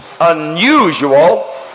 unusual